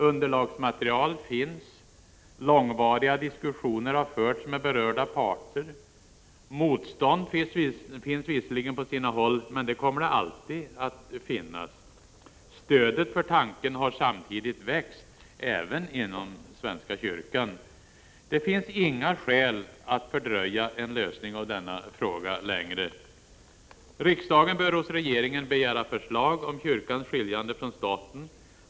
Underlagsmaterial finns. Långvariga diskussioner har förts med berörda parter. Motstånd finns visserligen på sina håll, men det kommer det alltid att finnas. Stödet för tanken har samtidigt växt, även inom svenska kyrkan. Det finns inga skäl att fördröja en lösning av denna fråga längre. Riksdagen bör hos regeringen begära förslag om kyrkans skiljande från staten.